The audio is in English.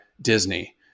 Disney